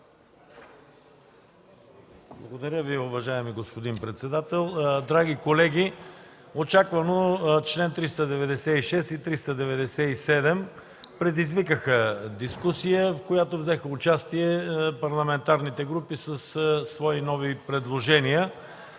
Благодаря Ви, уважаеми господин председател. Драги колеги, очаквано чл. 396 и чл. 397 предизвикаха дискусия, в която взеха участие парламентарните групи със свои нови предложения.